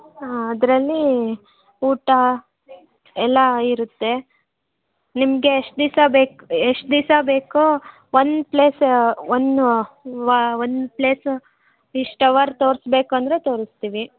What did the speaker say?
ಹಾಂ ಅದರಲ್ಲಿ ಊಟ ಎಲ್ಲ ಇರುತ್ತೆ ನಿಮ್ಗೆ ಎಷ್ಟು ದಿವಸ ಬೇಕು ಎಷ್ಟು ದಿವಸ ಬೇಕೋ ಒಂದು ಪ್ಲೇಸ್ ಒನ್ನು ವಾ ಒಂದು ಪ್ಲೇಸ್ ಇಷ್ಟು ಅವರ್ ತೋರಿಸ್ಬೇಕಂದ್ರೆ ತೋರಿಸ್ತೀವಿ